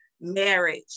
marriage